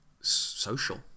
Social